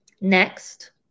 Next